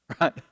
Right